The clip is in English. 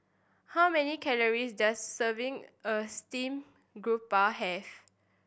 how many calories does serving a steamed garoupa have